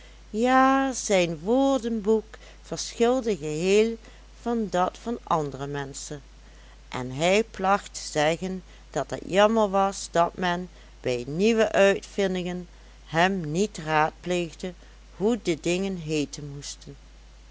ja zijn woordenboek verschilde geheel van dat van andere menschen en hij placht te zeggen dat het jammer was dat men bij nieuwe uitvindingen hem niet raadpleegde hoe de dingen heeten moesten